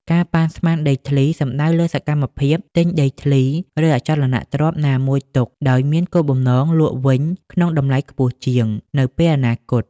ការប៉ាន់ស្មានដីធ្លី សំដៅលើសកម្មភាព ទិញដីធ្លី ឬអចលនទ្រព្យណាមួយទុក ដោយមានគោលបំណង លក់វិញក្នុងតម្លៃខ្ពស់ជាង នៅពេលអនាគត។